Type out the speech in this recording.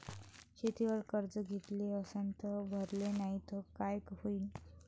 शेतीवर कर्ज घेतले अस ते भरले नाही तर काय होईन?